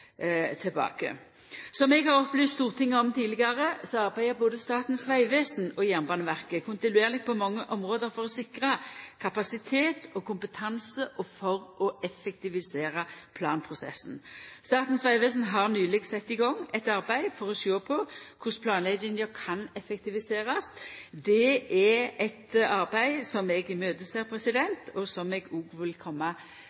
tilbake. Som eg har opplyst Stortinget om tidlegare, arbeider både Statens vegvesen og Jernbaneverket kontinuerleg på mange område for å sikra kapasitet og kompetanse og for å effektivisera planprosessen. Statens vegvesen har nyleg sett i gang eit arbeid for å sjå på korleis planlegginga kan effektiviserast. Det er eit arbeid som eg